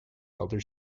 elder